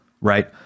Right